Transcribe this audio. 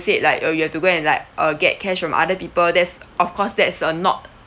said like uh you have to go and like uh get cash from other people that's of course that's a not